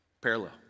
Parallel